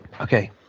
Okay